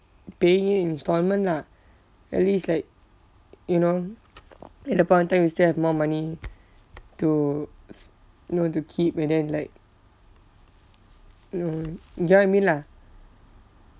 paying it in installment lah at least like you know in that point of time we still have more money to you know to keep and then like you know you get what I mean lah